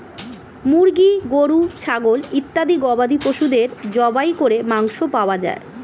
মুরগি, গরু, ছাগল ইত্যাদি গবাদি পশুদের জবাই করে মাংস পাওয়া যায়